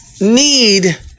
need